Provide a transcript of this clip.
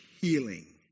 healing